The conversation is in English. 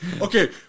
Okay